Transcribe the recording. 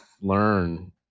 learn